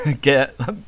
get